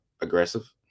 aggressive